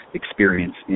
experience